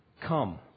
come